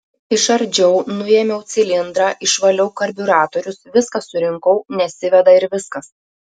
išardžiau nuėmiau cilindrą išvaliau karbiuratorius viską surinkau nesiveda ir viskas